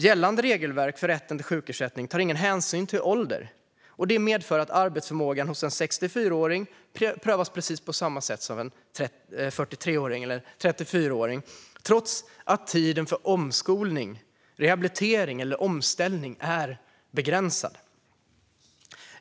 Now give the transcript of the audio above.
Gällande regelverk för rätten till sjukersättning tar ingen hänsyn till ålder, vilket medför att arbetsförmågan hos en 64-åring prövas på precis samma sätt som arbetsförmågan hos en 43-åring eller 34-åring trots att tiden för omskolning, rehabilitering och omställning är mer begränsad.